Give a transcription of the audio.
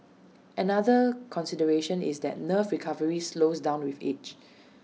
another consideration is that nerve recovery slows down with age